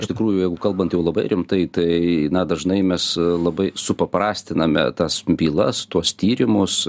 iš tikrųjų jeigu kalbant jau labai rimtai tai na dažnai mes labai supaprastiname tas bylas tuos tyrimus